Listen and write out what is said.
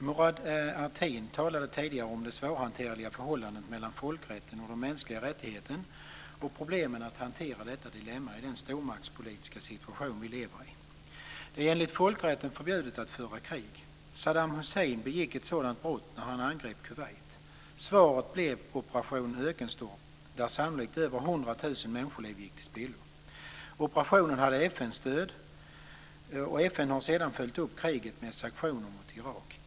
Fru talman! Murad Artin talade tidigare om det svårhanterliga förhållandet mellan folkrätten och mänskliga rättigheterna och problemen att kunna hantera detta dilemma i den stormaktspolitiska situation vi lever i. Det är enligt folkrätten förbjudet att föra krig. Saddam Hussein beck ett sådant brott när han angrep Kuwait. Svaret blev Operation ökenstorm, där sannolikt över 100 000 människoliv gick till spillo. Operationen hade FN:s stöd. FN har sedan följt upp kriget med sanktioner mot Irak.